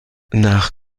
nach